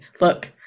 look